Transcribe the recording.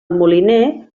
moliner